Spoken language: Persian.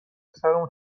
سرمون